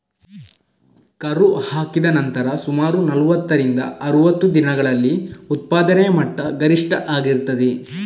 ಕರು ಹಾಕಿದ ನಂತರ ಸುಮಾರು ನಲುವತ್ತರಿಂದ ಅರುವತ್ತು ದಿನಗಳಲ್ಲಿ ಉತ್ಪಾದನೆಯ ಮಟ್ಟ ಗರಿಷ್ಠ ಆಗಿರ್ತದೆ